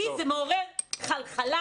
מעורר בי חלחלה,